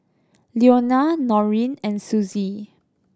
Leonia Noreen and Susie